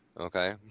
Okay